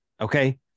Okay